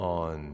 on